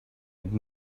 had